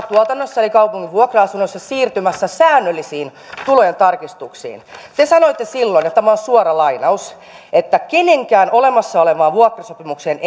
tuotannossa eli kaupungin vuokra asunnoissa siirtymässä säännöllisiin tulojen tarkistuksiin te sanoitte silloin ja tämä on suora lainaus että kenenkään olemassa olevaan vuokrasopimukseen